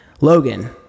logan